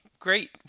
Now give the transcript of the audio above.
Great